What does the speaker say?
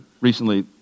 recently